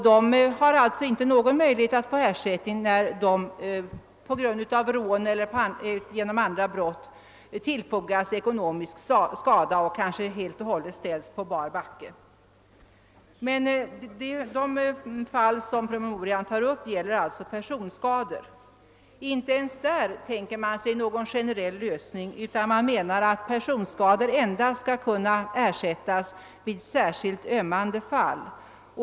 De har alltså ingen möjlighet att få ersättning när de genom rån eller andra brott tillfogas ekonomisk skada och kanske helt och hållet ställs på bar backe. De fall som promemorian tar upp gäller alltså personskador. Inte ens beträffande dessa tänker man sig någon generell lösning, utan menar att personskador skall ersättas endast i särskilt ömmande fall.